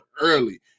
early